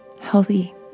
healthy